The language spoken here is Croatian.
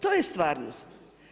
To je stvarnost.